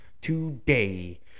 today